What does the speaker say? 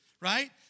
right